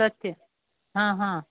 सत्यं